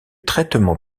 traitement